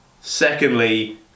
Secondly